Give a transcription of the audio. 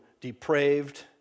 depraved